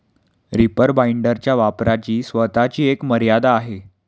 reaper बाइंडरच्या वापराची स्वतःची एक मर्यादा आहे